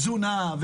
תזונה,